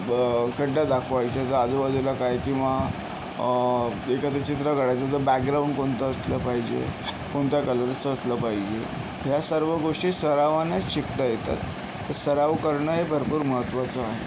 ब खड्डा दाखवायचाय तर आजूबाजूला काय किंवा एखादं चित्र काढायचं तर बॅग्राऊंड कोणतं असलं पाहिजे कोणत्या कलरचं असलं पाहिजे या सर्व गोष्टी सरावानेच शिकता येतात तर सराव करणं हे भरपूर महत्त्वाचं आहे